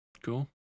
Cool